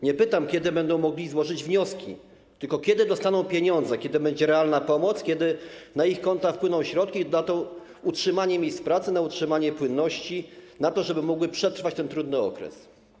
Nie pytam, kiedy będą mogli złożyć wnioski, tylko kiedy dostaną pieniądze, kiedy będzie realna pomoc, kiedy na ich konta wpłyną środki na utrzymanie miejsc pracy, na utrzymanie płynności, żeby mogli przetrwać ten trudny okres.